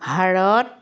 Bharat